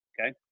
okay